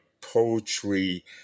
poetry